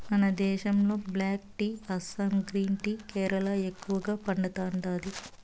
మన దేశంలో black tea Assam green tea Kerala ఎక్కువగా పండతాండాది